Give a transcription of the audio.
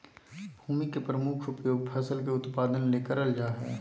भूमि के प्रमुख उपयोग फसल के उत्पादन ले करल जा हइ